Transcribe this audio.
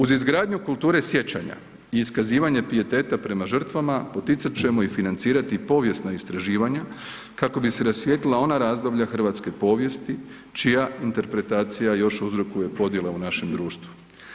Uz izgradnju kulture sjećanja i iskazivanje pijeteta prema žrtvama poticat ćemo i financirati povijesna istraživanja kako bi se rasvijetlila ona razdoblja hrvatske povijesti čija interpretacija još uvije uzrokuje podijele u našem društvu.